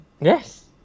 yes